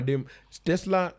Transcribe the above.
Tesla